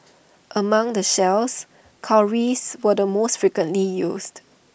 among the shells cowries were the most frequently used